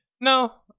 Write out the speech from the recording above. No